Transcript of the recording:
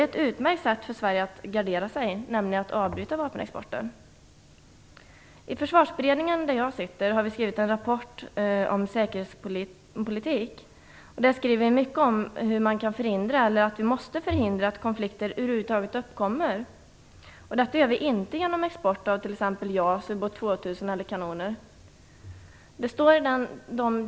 Ett utmärkt sätt för Sverige att gardera sig är att avbryta vapenexporten. I Försvarsberedningen, där jag sitter med, har vi skrivit en rapport om säkerhetspolitik. I den skriver vi mycket om att vi måste förhindra att konflikter uppkommer över huvud taget. Detta gör vi inte genom export av t.ex. JAS, Ubåt 2000 eller kanoner.